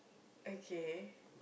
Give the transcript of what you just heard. okay